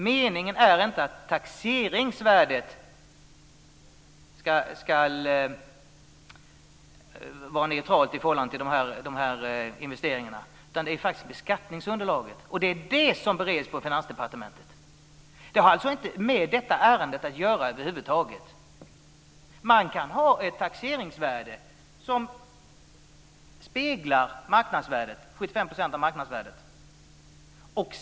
Meningen är inte att taxeringsvärdet ska vara neutralt i förhållande till investeringarna, utan det gäller beskattningsunderlaget. Det är vad som bereds på Finansdepartementet. Det har alltså inte med detta ärende att göra över huvud taget. Man kan ha ett taxeringsvärde som speglar 75 % av marknadsvärdet.